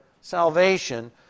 salvation